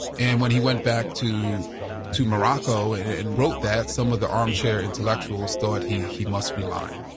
and when he went back to to morocco and and wrote that, some of the armchair intellectuals thought he he must be lying.